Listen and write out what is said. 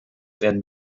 werden